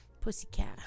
Pussycat